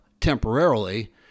temporarily